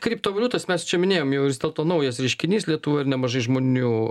kriptovaliutos mes čia minėjom jau vis dėlto naujas reiškinys lietuvoj ir nemažai žmonių